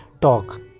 talk